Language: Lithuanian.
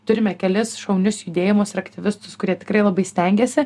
turime kelis šaunius judėjimus ir aktyvistus kurie tikrai labai stengiasi